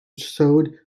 showed